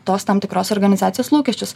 tos tam tikros organizacijos lūkesčius